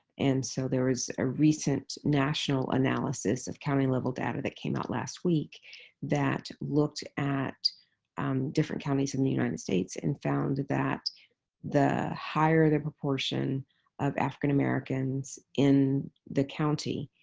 and so there was a recent national analysis of county-level data that came out last week that looked at different counties in the united states and found that the higher the proportion of african-americans in the county,